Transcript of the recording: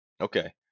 Okay